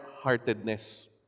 heartedness